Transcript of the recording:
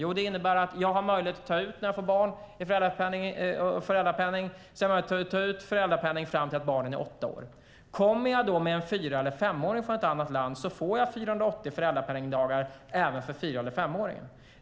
Jo, man har möjlighet att ta ut föräldrapenning fram till dess barnen är åtta år. Om man då kommer med en fyra eller femåring från ett annat land får man 480 föräldrapenningdagar också för dem.